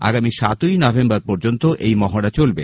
আগামী সাত ই নভেম্বর পর্যন্ত এই মহড়া চলবে